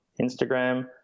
Instagram